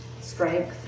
strength